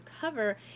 cover